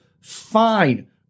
fine